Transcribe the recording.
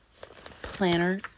planner